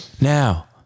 Now